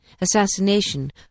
assassination